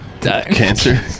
cancer